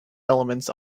elements